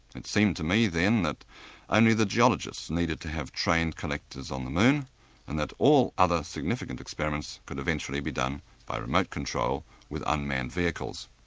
it seemed to me then that only the geologists needed to have trained collectors on the moon and that all other significant experiments could eventually be done by remote control with unmanned vehicles.